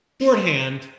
shorthand